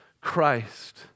Christ